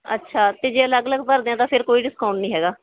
ਅੱਛਾ ਅਤੇ ਜੇ ਅਲੱਗ ਅਲੱਗ ਭਰਦੇ ਹਾਂ ਤਾਂ ਫਿਰ ਕੋਈ ਡਿਸਕਾਊਂਟ ਨਹੀਂ ਹੈਗਾ